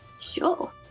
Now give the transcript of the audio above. Sure